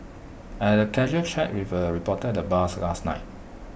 I had A casual chat with A reporter at the bars last night